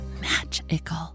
magical